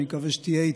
אני מקווה שתהיה איתי,